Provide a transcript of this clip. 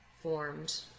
formed